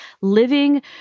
living